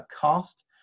cast